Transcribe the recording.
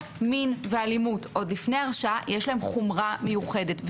מין ואלימות עוד לפני הרשעה יש להם חומרה מיוחדת.